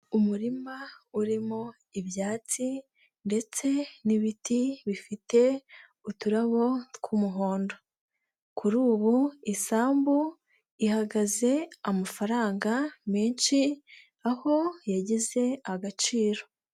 Umurima urimo ibyatsi ndetse n'ibiti bifite uturabo tw'umuhondo, kuri ubu isambu ihagaze amafaranga menshi aho yagize agaciro.